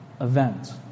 event